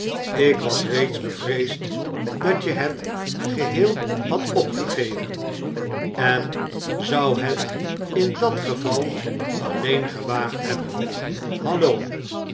ik was reeds bevreesd dat je het geheel hadt opgegeven en zou het in dat geval alleen gewaagd hebben hallo